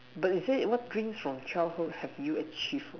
but it say what dream from childhood have you achieved what